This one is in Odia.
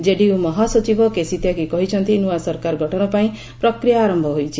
କେଡିୟୁ ମହାସଚିବ କେସି ତ୍ୟାଗୀ କହିଛନ୍ତି ନ୍ନଆ ସରକାର ଗଠନ ପାଇଁ ପ୍ରକ୍ରିୟା ଆରମ୍ଭ ହୋଇଛି